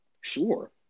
Sure